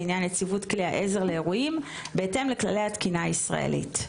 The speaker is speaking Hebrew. לעניין יציבות כלי העזר לאירועים בהתאם לכללי התקינה הישראלית.